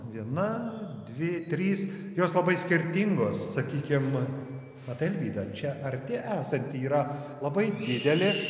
viena dvi trys jos labai skirtingos sakykim vat alvyda čia arti esanti yra labai didelė